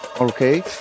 okay